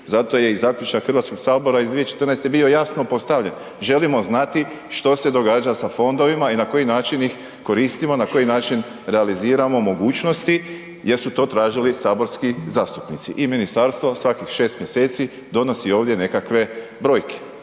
zato je i zaključak Hrvatskog sabora iz 2014. bio jasno postavljen, želimo znati što se događa sa fondovima i na koji način ih koristimo, na koji način realiziramo mogućnosti jer su to tražili saborski zastupnici i ministarstva svakih 6 mj. donosi ovdje nekakve brojke,